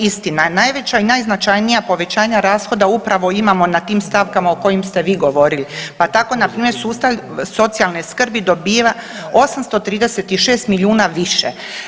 Istina je najveća i najznačajnija povećanja rashoda upravo imamo na tim stavkama o kojim ste vi govorili, pa tako npr. sustav socijalne skrbi dobiva 836 miliona više.